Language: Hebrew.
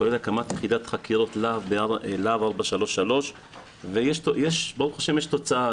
כולל הקמת יחידת חקירות בלהב 433 וברוך ה' יש תוצאה,